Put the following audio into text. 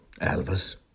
Elvis